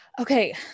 okay